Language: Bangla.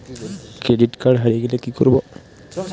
ক্রেডিট কার্ড হারিয়ে গেলে কি করব?